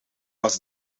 was